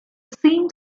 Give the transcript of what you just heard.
seemed